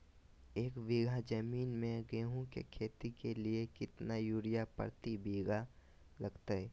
एक बिघा जमीन में गेहूं के खेती के लिए कितना यूरिया प्रति बीघा लगतय?